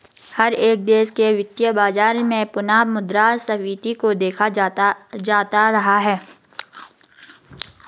हर एक देश के वित्तीय बाजार में पुनः मुद्रा स्फीती को देखा जाता रहा है